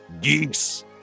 geeks